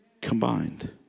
combined